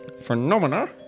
phenomena